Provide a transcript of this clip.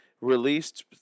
released